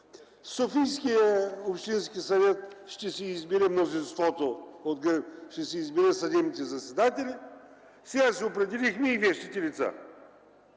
Софийския общински съвет ще си избере съдебните заседатели. Сега си определихме и вещите лица.